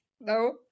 No